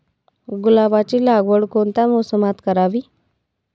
गुलाबाची लागवड कोणत्या मोसमात करावी?